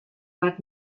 bad